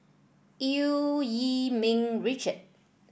Eu Yee Ming Richard